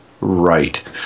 right